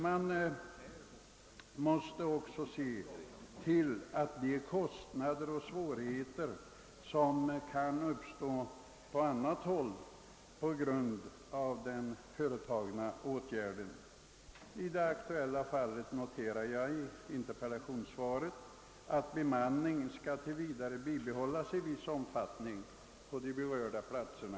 Man måste också ta hänsyn till de kostnader och svårigheter som kan uppstå på annat håll genom den åtgärd som vidtages. I det aktuella fallet noterar jag att kommunikationsministern uttalar att bemanning tills vidare i begränsad omfattning skall bibehållas på de berörda platserna.